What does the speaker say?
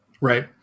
Right